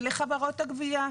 לחברות הגבייה,